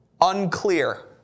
Unclear